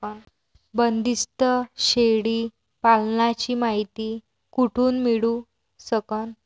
बंदीस्त शेळी पालनाची मायती कुठून मिळू सकन?